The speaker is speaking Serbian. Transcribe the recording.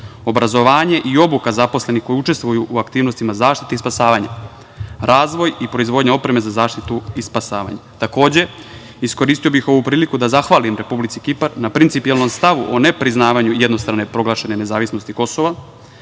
obrazovanje i obuka zaposlenih koji učestvuju u aktivnostima zaštite i spasavanja, razvoj i proizvodnja opreme za zaštitu i spasavanje. Takođe, iskoristio bih ovu priliku da zahvalim Republici Kipar na principijelnom stavu o nepriznavanju jednostrano proglašene nezavisnosti Kosova.